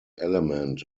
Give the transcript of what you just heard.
element